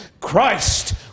Christ